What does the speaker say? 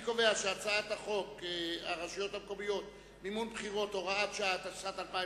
שהצעת חוק הרשויות המקומיות (מימון בחירות) (הוראת שעה),